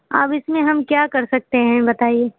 اب اس میں ہم کیا کر سکتے ہیں بتائیے